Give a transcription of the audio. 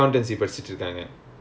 okay